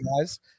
guys